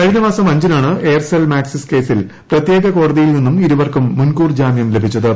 കഴിഞ്ഞ മാസം അഞ്ചിനാണ് എയർസെൽ മാക്സിസ് കേസിൽ പ്രത്യേക കോടതിയിൽ നിന്നും ഇരുവർക്കും മുൻകൂർ ജാമ്യം ലഭിച്ചത്